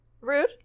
Rude